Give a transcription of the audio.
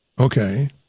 Okay